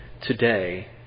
today